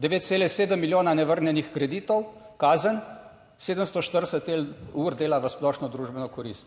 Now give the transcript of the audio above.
9,7 milijona nevrnjenih kreditov, kazen 740 ur dela v splošno družbeno korist.